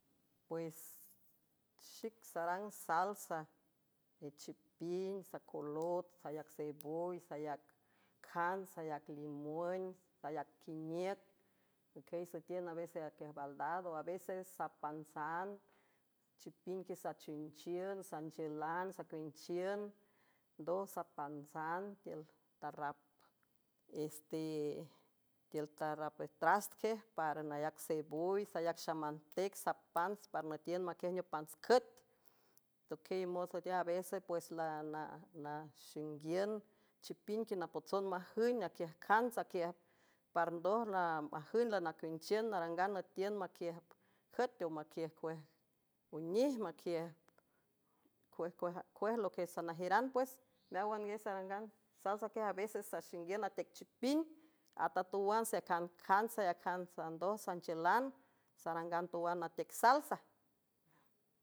Pues xic sarang salsa echiping sacolot sayac seyboy sayac cants sayac limün sayacquiniüc nequiey süetiün avesayacuiej baldado a veces sapantsan chipinqui sachunchiün sanchiülan sacueanchiün ndoj sapantsan tiül tarrap stiül tarraptrastqej par nayac sevoy sayac xamantec sapants par nüetiün maquiej neopants cüet tequiey mots ütiaj avesay pues lnaxenguiün chipin que napotson majün aquiüj cantsaquiaj par ndoj lmajün lanacuanchiün narangan nütiün maquiüj cüet o maquiüjuej onej auiüjcuej loque sanajiüran pues meáwan guiay gsaltsa quiaj aveces saxinguiün atecchiping atatowan sejancants ayacjansa ndoj sanchiülan sarangan towan ateac salsa.